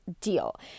deal